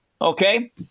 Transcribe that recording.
Okay